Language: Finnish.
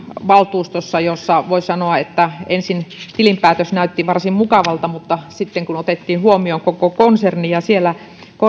valtuustossa jossa ensin tilinpäätös näytti varsin mukavalta mutta sitten kun otettiin huomioon koko konserni ja siellä